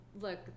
look